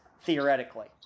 theoretically